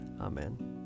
Amen